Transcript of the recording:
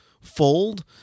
fold